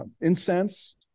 incense